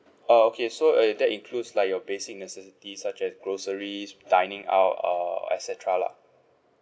uh okay so uh that includes like your basic necessities such as groceries dining out uh et cetera lah